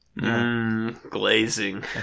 Glazing